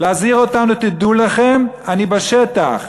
להזהיר אותנו: תדעו לכם, אני בשטח.